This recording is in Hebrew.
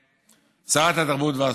לשרת התרבות והספורט.